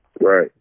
Right